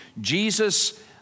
Jesus